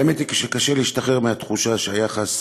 האמת היא שקשה להשתחרר מהתחושה שהיחס